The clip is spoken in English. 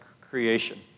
creation